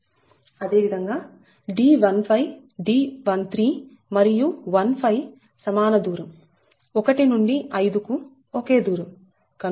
అదే విధంగా D15 13 మరియు 15 సమాన దూరం 1 నుండి 5కు ఒకే దూరం